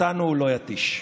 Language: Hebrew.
אותנו הוא לא יתיש.